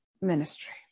ministry